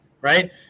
right